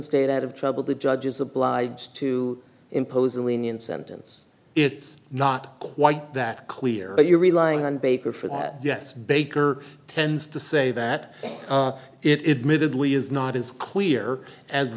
stayed out of trouble the judge is obliged to impose a lenient sentence it's not quite that clear but you're relying on baker for that yes baker tends to say that it midway is not as clear as